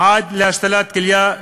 עד להשתלת כליה,